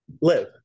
live